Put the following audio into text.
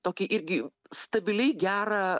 tokį irgi stabiliai gerą